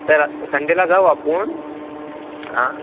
तर संडेला जाऊ आप आपण आ